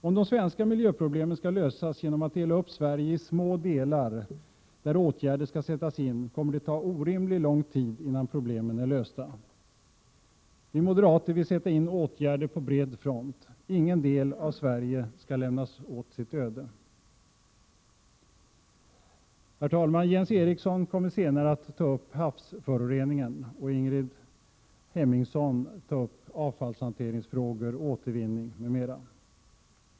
Om de svenska miljöproblemen skall lösas genom att riksdagen skall dela upp Sverige i små delar där åtgärder skall sättas in kommer det att ta orimligt lång tid innan problemen är lösta. Vi moderater vill sätta in åtgärder på bred front. Ingen del av Sverige skall lämnas åt sitt öde. Herr talman! Jens Eriksson kommer senare att redovisa vår syn på havsföroreningarna, och Ingrid Hemmingsson skall ta upp frågor kring avfallshantering, återvinning m.m.